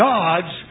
God's